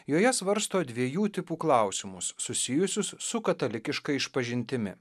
joje svarsto dviejų tipų klausimus susijusius su katalikiška išpažintimi